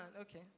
Okay